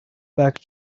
back